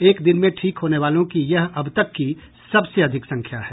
एक दिन में ठीक होने वालों की यह अब तक की सबसे अधिक संख्या है